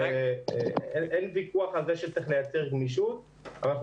אין ויכוח שצריך לייצר גמישות אבל אני